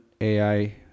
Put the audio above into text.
AI